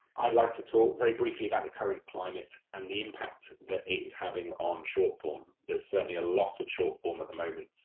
i would like to talk very briefly about the current climate and the impact that it is having on short form, there's certainly a lot of short form at the moment,